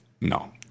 No